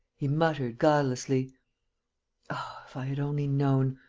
he muttered, guilelessly oh, if i had only known!